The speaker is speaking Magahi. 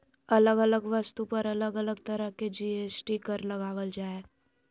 अलग अलग वस्तु पर अलग अलग तरह के जी.एस.टी कर लगावल जा हय